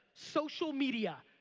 social media,